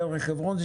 דרך חברון,